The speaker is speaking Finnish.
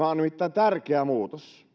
tärkeä muutos